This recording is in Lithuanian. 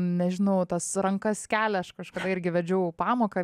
nežinau tas rankas kelia aš kažkada irgi vedžiau pamoką